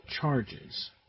charges